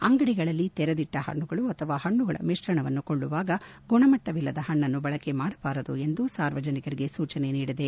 ಅಂಗಡಿಗಳಲ್ಲಿ ತೆರೆದಿಟ್ಟ ಹಣ್ಣುಗಳು ಅಥವಾ ಹಣ್ಣಗಳ ಮಿಶ್ರಣಗಳನ್ನು ಕೊಳ್ಳುವಾಗ ಗುಣಮಟ್ಟವಿಲ್ಲದ ಹಣ್ಣನ್ನು ಬಳಕೆ ಮಾಡಬಾರದು ಎಂದು ಸಾರ್ವಜನಿಕರಿಗೆ ಸೂಚನೆ ನೀಡಿದೆ